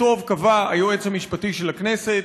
טוב קבע היועץ המשפטי של הכנסת,